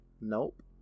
nope